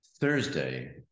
Thursday